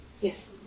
Yes